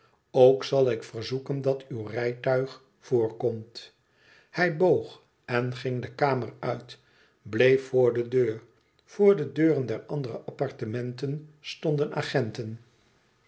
ook zal ik verzoeken dat uw rijtuig voorkomt hij boog en ging de kamer uit bleef voor de deur voor de deuren der andere appartementen stonden agenten